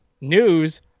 News